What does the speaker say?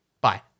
Bye